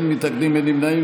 אין מתנגדים, אין נמנעים.